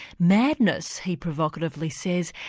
madness, he provocatively says,